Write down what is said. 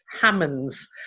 Hammonds